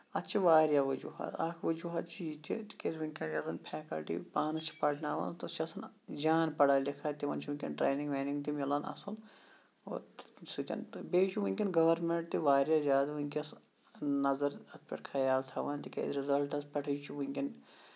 اَتھ چھِ واریاہ وجوٗہات اکھ وجوٗہات چھُ یہِ کہِ تِکیازِ وٕنکیٚن یۄس زَن فیسلٹی پانہٕ چھِ پَرناوان تَتھ چھُ آسان جان پَڑا لِکھا تِمن چھِ وٕنکین ٹرینِگ وینِگ تہِ مِلان اَصٕل اور سُہ تن تہٕ بیٚیہِ چھُ وٕنکین گورمینٹ تہِ واریاہ زیادٕ وٕنکیٚس نظر اَتھ پٮ۪ٹھ خیال تھاوان تِکیازِ رِزالٹس پٮ۪ٹھٕے چھُ وٕنکیٚن